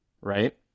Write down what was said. right